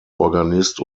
organist